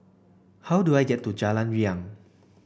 how do I get to Jalan Riang